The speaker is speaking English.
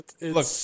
look